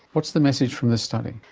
what's the message from this study?